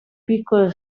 piccolo